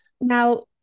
now